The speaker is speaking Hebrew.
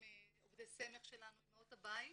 עובדי סמך שלנו, אימהות הבית.